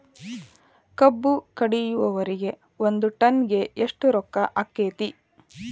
ಕಬ್ಬು ಕಡಿಯುವರಿಗೆ ಒಂದ್ ಟನ್ ಗೆ ಎಷ್ಟ್ ರೊಕ್ಕ ಆಕ್ಕೆತಿ?